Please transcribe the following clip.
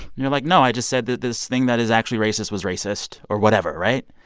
you're like, no, i just said that this thing that is actually racist was racist or whatever, right?